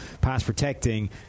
pass-protecting